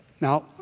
Now